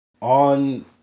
on